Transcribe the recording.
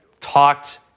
talked